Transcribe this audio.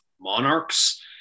Monarchs